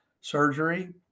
surgery